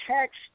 text